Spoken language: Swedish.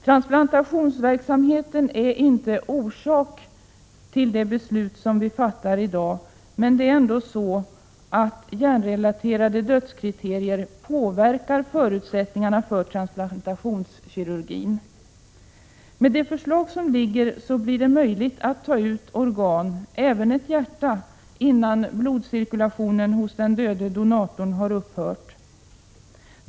Transplantationsverksamheten är inte orsaken till det beslut som i dag fattas, men hjärnrelaterade dödskriterier påverkar förutsättningarna för transplantationskirurgin. Med det förslag som föreligger blir det möjligt att ta ut organ, även ett hjärta, innan blodcirkulationen hos den döde donatorn upphört.